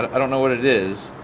i don't know what it is.